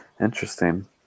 Interesting